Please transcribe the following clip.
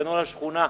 שכנו לשכונה,